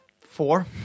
four